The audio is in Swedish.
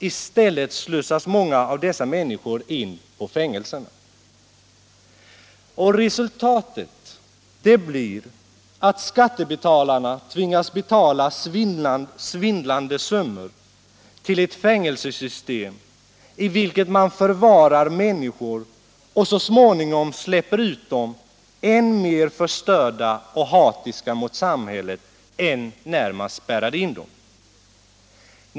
I stället slussas många av dessa människor in på fängelserna. Resultatet blir att skattebetalarna tvingas betala svindlande summor till ett fängelsesystem i vilket man förvarar människor och så småningom släpper ut dem — än mer förstörda och hatiska mot samhället än när man spärrade in dem.